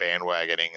bandwagoning